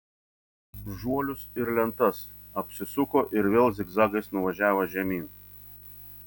žuolius ir lentas apsisuko ir vėl zigzagais nuvažiavo žemyn